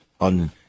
on